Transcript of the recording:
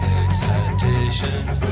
excitations